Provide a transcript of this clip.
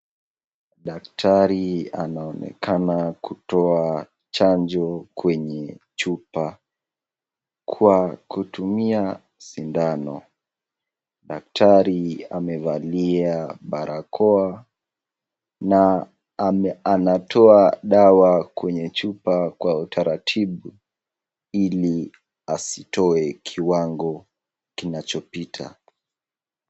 Daktari anaonekana anatoa chanjo kwenye chupa kwa kutumia sindano. Daktari amevalia barakoa na anatoa dawa kwenye chupa kwa utaratibu ili asitoe kiwango kinachopita.